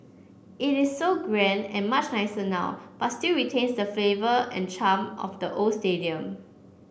it is so grand and much nicer now but still retains the flavour and charm of the old stadium